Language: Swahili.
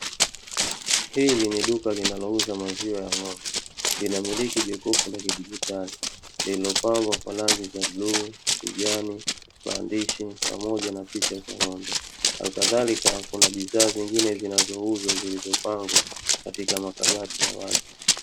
Hili ni duka linalouza maziwa ya ng'ombe, linamiliki jokofu la kidigitali lililopakwa kwa rangi za bluu, kijani, maandishi pamoja na picha za ng'ombe halikadhalika kuna bidhaa nyingine zinazouzwa zilizopangwa katika makabati ya wazi.